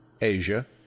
Asia